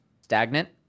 stagnant